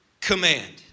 command